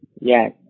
Yes